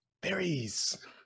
Berries